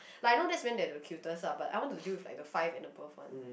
like I know that is when they the cutest lah but I want to deal with the five and above one